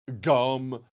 Gum